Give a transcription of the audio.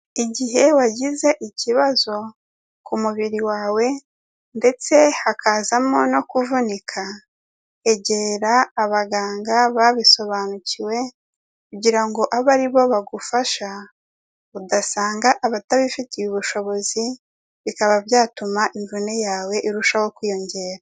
Igihe wagize ikibazo ku mubiri wawe ndetse hakazamo no kuvunika, egera abaganga babisobanukiwe kugira ngo abe ari bo bagufasha, udasanga abatabifitiye ubushobozi, bikaba byatuma imvune yawe irushaho kwiyongera.